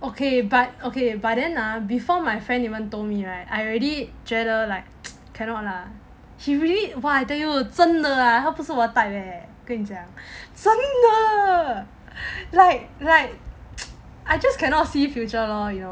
okay but okay but then like before my friend even told me right I already 觉得 like cannot lah he really !wah! I tell you 真的 ah 他不是我的 type 真的 like like I just cannot see future lor you know